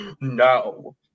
no